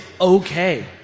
okay